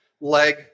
leg